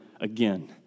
again